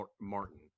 Martin